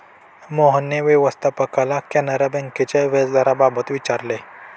मोहनने व्यवस्थापकाला कॅनरा बँकेच्या व्याजदराबाबत विचारले